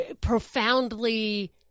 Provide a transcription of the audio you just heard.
Profoundly